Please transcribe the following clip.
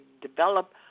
develop